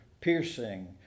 piercing